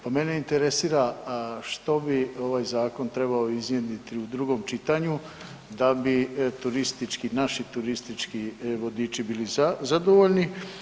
Pa mene interesira što bi ovaj zakon trebao iznjedriti u drugom čitanju da bi turistički, naši turistički vodiči bili zadovoljni?